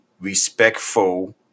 respectful